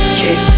kick